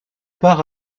part